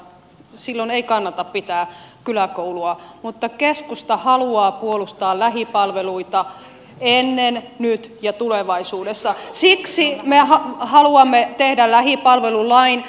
silloin ei kannata pitää kyläkoulua mutta keskusta haluaa puolustaa lähipalveluita ennen nyt ja tulevaisuudessa siirsi nämä haluamme tehdä lähipalvelulain